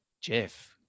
Jeff